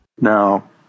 Now